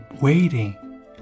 waiting